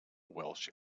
welsh